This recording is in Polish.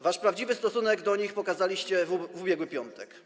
Wasz prawdziwy stosunek do nich pokazaliście w ubiegły piątek.